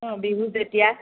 অঁ বিহু যেতিয়া